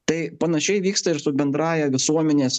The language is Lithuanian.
tai panašiai vyksta ir su bendrąja visuomenės